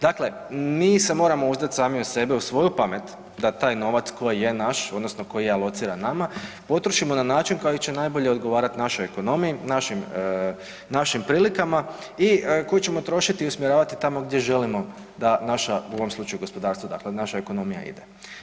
Dakle, mi se moramo uzdat sami u sebe, u svoju pamet da taj novac koji je naš odnosno koji je alociran nama, potrošimo na način koji će najbolje odgovarat našoj ekonomiji, našim prilikama i koji ćemo trošiti i usmjeravati tamo gdje želimo da naša u ovom slučaju gospodarstvo, dakle naša ekonomija ide.